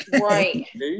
Right